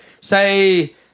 say